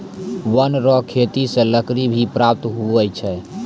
वन रो खेती से लकड़ी भी प्राप्त हुवै छै